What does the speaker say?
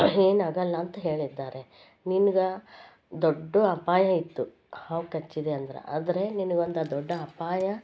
ಏನಾಗೋಲ್ಲ ಅಂತ ಹೇಳಿದ್ದಾರೆ ನಿನ್ಗೆ ದೊಡ್ಡ ಅಪಾಯ ಇತ್ತು ಹಾವು ಕಚ್ಚಿದೆ ಅಂದ್ರೆ ಆದರೆ ನಿನ್ಗೊಂದು ದೊಡ್ಡ ಅಪಾಯ